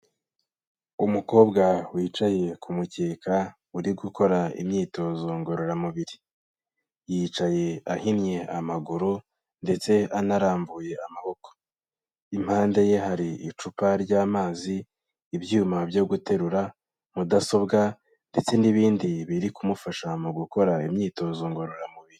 Umukobwa wicaye ku mukeka uri gukora imyitozo ngororamubiri, yicaye ahinnye amaguru ndetse anarambuye amaboko, impande ye hari icupa ry'amazi, ibyuma byo guterura, mudasobwa ndetse n'ibindi biri kumufasha mu gukora imyitozo ngororamubiri.